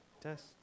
test